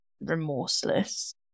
remorseless